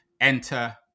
enter